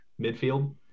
midfield